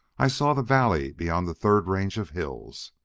i saw the valley beyond the third range of hills.